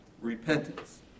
repentance